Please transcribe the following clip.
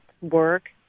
work